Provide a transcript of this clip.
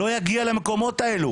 לא יגיע למקומות האלו